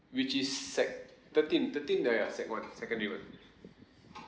which is sec thirteen thirteen ya ya sec one secondary one